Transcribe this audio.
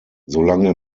solange